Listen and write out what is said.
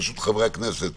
ברשות חברי הכנסת